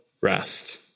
rest